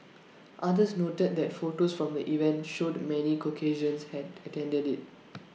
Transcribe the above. others noted that photos from the event showed many Caucasians had attended IT